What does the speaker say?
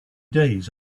days